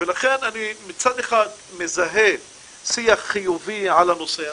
לכן אני מצד אחד מזהה שיח חיובי על הנושא הזה,